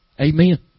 Amen